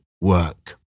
work